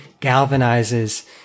galvanizes